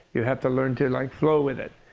you have to learn to like flow with it.